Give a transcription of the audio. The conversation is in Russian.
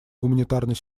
гуманитарной